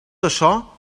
açò